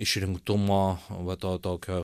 išrinktumo va to tokio